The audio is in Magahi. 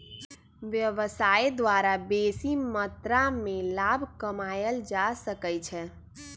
व्यवसाय द्वारा बेशी मत्रा में लाभ कमायल जा सकइ छै